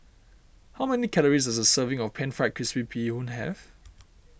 how many calories does a serving of Pan Fried Crispy Bee Hoon have